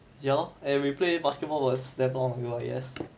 ya lor and we play basketball was damn long ago ah yes